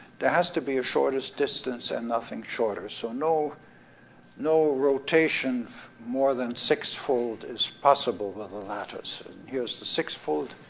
there has to be a shortest distance, and nothing shorter, so no no rotation more than six-fold is possible with a lattice. and here's the six-fold,